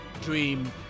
Dream